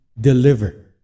deliver